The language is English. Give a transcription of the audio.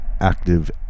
active